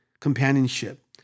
companionship